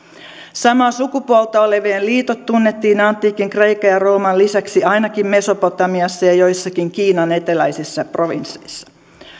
samaa sukupuolta olevien liitot tunnettiin antiikin kreikan ja rooman lisäksi ainakin mesopotamiassa ja joissakin kiinan eteläisissä provinsseissa